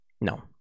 No